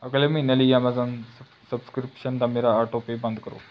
ਅਗਲੇ ਮਹੀਨੇ ਲਈ ਐਮਾਜ਼ਾਨ ਸਬ ਸਬਸਕ੍ਰਿਪਸ਼ਨ ਦਾ ਮੇਰਾ ਆਟੋਪੇਅ ਬੰਦ ਕਰੋ